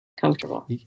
comfortable